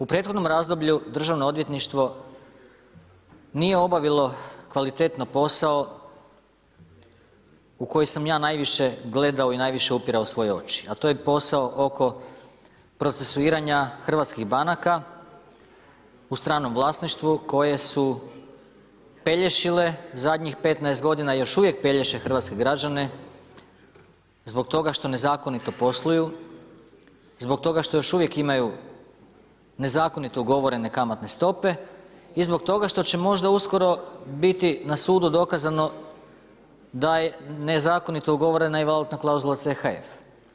U prethodnom razdoblju državno odvjetništvo nije obavilo kvalitetno posao u koji sam ja najviše gledao i najviše upirao svoje oči, a to je posao oko procesuiranja hrvatskih banaka u stranom vlasništvu koje su pelješile zadnjih 15 godina, još uvijek pelješe hrvatske građane, zbog toga što nezakonito posluju, zbog toga što još uvijek imaju nezakonito ugovorene kamatne stope i zbog toga što će možda uskoro na sudu biti dokazano da je nezakonito ugovorena i valutna klauzula CHF.